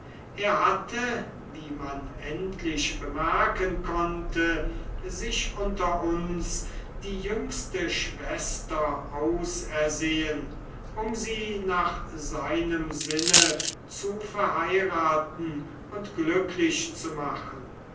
er hatte wie man endlich bemerken konnte sich unter uns die jüngste schwester ausersehen um sie nach seinem sinne zu verheiraten und glücklich zu machen